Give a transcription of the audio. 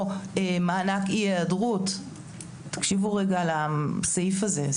"מענק אי-היעדרות" תקשיבו רגע לסעיף הזה,